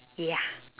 ya